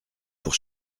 pour